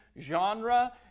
genre